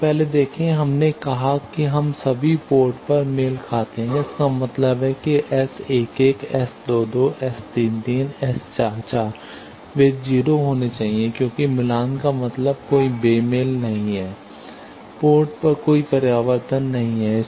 आप पहले देखें हमने कहा कि हम सभी पोर्ट पर मेल खाते हैं इसका मतलब है कि S11 S 22 S 33 S 44 वे 0 होने चाहिए क्योंकि मिलान का मतलब कोई बेमेल नहीं है पोर्ट पर कोई परावर्तन नहीं है